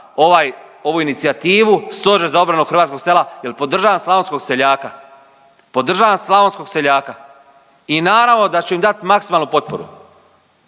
ovu inicijativu, stožer za obranu hrvatskog sela jer podržavam slavonskog seljaka. Podržavam slavonskog seljaka i naravno da ću im dati maksimalnu potporu.